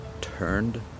turned